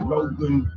Logan